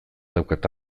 daukat